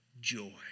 joy